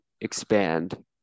expand